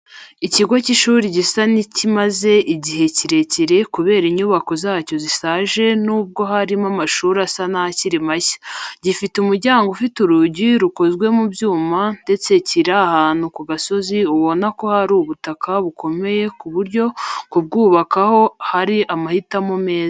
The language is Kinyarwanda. Ikigo cy'ishuri gisa n'ikimaz eigihe kirekire kubera inyubako zacyo zishaje nubwo harimo amashuri asa nakiri mashya. Gifite umuryango ufite urugi rukozwe mu byuma ndetse kiri ahantu ku gasozi ubona ko hari ubutaka bukomeye ku buryo kubwubakaho ari amahitamo meza.